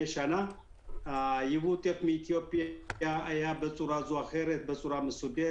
שנה יבוא הטף מאתיופיה היה בצורה זו או אחרת בצורה מסודרת.